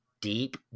deep